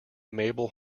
mabel